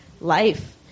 life